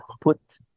put